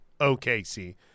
OKC